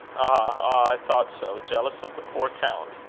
ah! i thought so. jealous of the poor count!